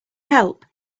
help